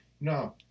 no